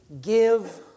give